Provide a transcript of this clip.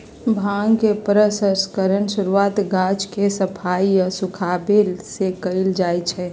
भांग के प्रसंस्करण के शुरुआत गाछ के सफाई आऽ सुखाबे से कयल जाइ छइ